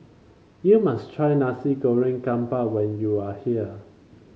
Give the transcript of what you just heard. you must try Nasi Goreng Kampung when you are here